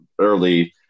early